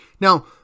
Now